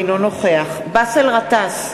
אינו נוכח באסל גטאס,